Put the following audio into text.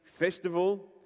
festival